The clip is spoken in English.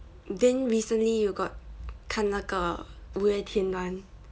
then recently you got 看那个 [one]